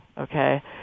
okay